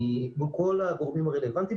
כמו כל הגורמים הרלוונטיים,